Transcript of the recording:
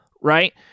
right